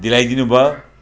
दिलाइदिनु भयो